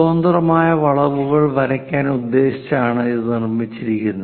സ്വതന്ത്രമായ വളവുകൾ വരയ്ക്കാൻ ഉദ്ദേശിച്ചാണ് ഇത് നിർമിച്ചിരിക്കുന്നത്